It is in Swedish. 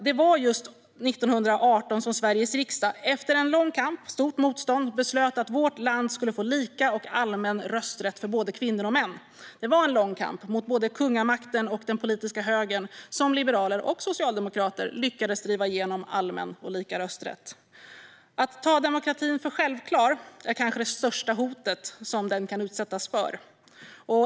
Det var just 1918 som Sveriges riksdag efter en lång kamp och stort motstånd beslutade att vårt land skulle få lika och allmän rösträtt för både kvinnor och män. Det var efter en lång kamp mot både kungamakten och den politiska högern som liberaler och socialdemokrater lyckades driva igenom allmän och lika rösträtt. Att ta demokratin för självklar är kanske det största hot som den kan utsättas för.